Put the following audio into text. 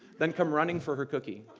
then come running for her cookie.